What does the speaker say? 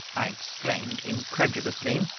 i exclaimed, incredulously.